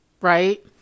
right